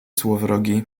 złowrogi